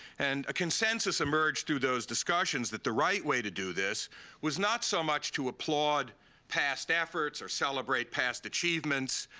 and a consensus emerged through those discussions, that the right way to do this was not so much to applaud past efforts, or celebrate past achievements,